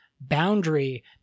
boundary